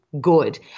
good